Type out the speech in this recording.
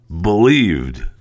believed